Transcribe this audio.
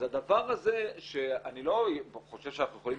אז הדבר הזה שאני לא חושב שאנחנו יכולים